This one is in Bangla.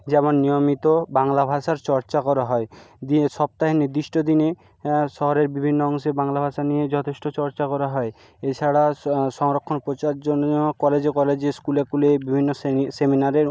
যেমন নিয়মিত বাংলা ভাষার চর্চা করা হয় দিয়ে সপ্তাহের নির্দিষ্ট দিনে শহরের বিভিন্ন অংশে বাংলা ভাষা নিয়ে যথেষ্ট চর্চা করা হয় এছাড়া সংরক্ষণ প্রচার জন্যেও কলেজে কলেজে স্কুলে স্কুলে বিভিন্ন সেমিনারের